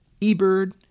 eBird